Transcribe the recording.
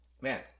Man